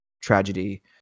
tragedy